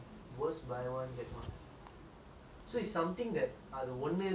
so it's something that அது ஒன்னு இருந்த:athu onnu iruntha it's nice ரெண்டு இருந்தா:rendu iruntha is scary